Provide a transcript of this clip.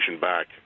back